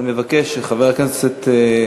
של כמה חברי כנסת, חבר הכנסת שמעון